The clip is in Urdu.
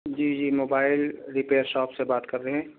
جی جی موبائل رپیئر شاپ سے بات کر رہے ہیں